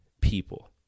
people